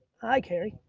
hi carey.